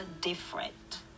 different